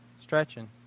Stretching